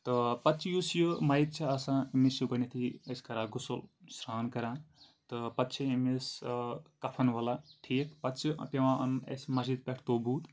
تہٕ پَتہٕ یُس یہِ مَیَت چھِ آسان أمِس چھِ گۄڈنٮ۪تھٕے أسۍ کَران غُسُل سرٛان کَران تہٕ پَتہٕ چھِ أمِس کَفَن وَلان ٹھیٖک پَتہٕ چھِ پٮ۪وان اَنُن اَسہِ مسجِد پٮ۪ٹھٕ توبوٗد